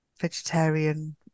vegetarian